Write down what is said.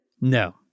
No